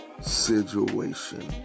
situation